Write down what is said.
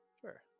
Sure